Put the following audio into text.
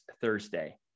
Thursday